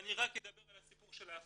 ואני אדבר רק על הסיפור של האחיות.